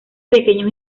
pequeños